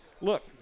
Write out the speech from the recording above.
look